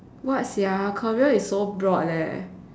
what sia career is so broad leh